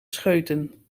scheuten